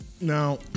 Now